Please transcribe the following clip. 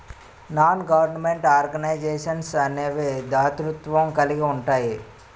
non government organisations అనేవి దాతృత్వం కలిగి ఉంటాయి